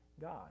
God